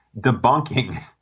debunking